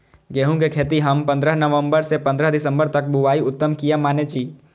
गेहूं के खेती हम पंद्रह नवम्बर से पंद्रह दिसम्बर तक बुआई उत्तम किया माने जी?